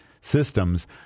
Systems